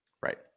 Right